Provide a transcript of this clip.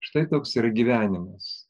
štai toks yra gyvenimas